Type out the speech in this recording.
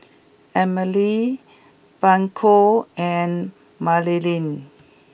Emelie Blanca and Marilyn